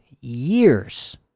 years